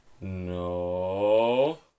No